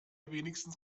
wenigstens